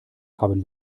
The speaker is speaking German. haben